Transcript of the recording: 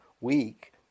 week